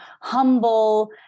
humble